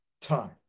time